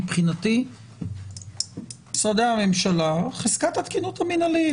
מבחינתי יש למשרדי הממשלה חזקת התקינות המינהלית.